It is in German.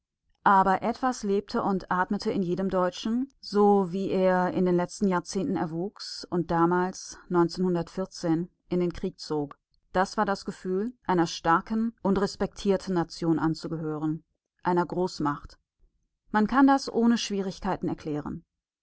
aber etwas lebte und atmete in jedem deutschen so wie er in den letzten jahrzehnten erwuchs und damals in den krieg zog das war das gefühl einer starken und respektierten nation anzugehören einer großmacht man kann das ohne schwierigkeiten erklären